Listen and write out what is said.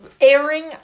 airing